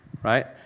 right